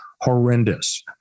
horrendous